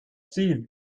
stil